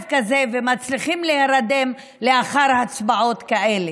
כזה ומצליחים להירדם לאחר הצבעות כאלה.